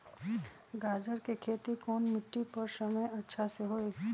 गाजर के खेती कौन मिट्टी पर समय अच्छा से होई?